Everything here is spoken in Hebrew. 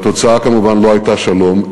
והתוצאה כמובן לא הייתה שלום,